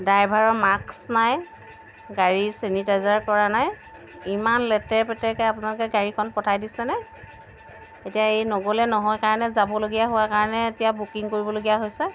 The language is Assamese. ড্ৰাইভাৰৰ মাস্ক নাই গাড়ীৰ চেনিটাইজাৰ কৰা নাই ইমান লেতেৰ পেতেৰকৈ আপোনালোকে গাড়ীখন পঠাই দিছেনে এতিয়া এই নগ'লে নহয় কাৰনে যাবলগীয়া হোৱা কাৰণে এতিয়া বুকিং কৰিবলগীয়া হৈছে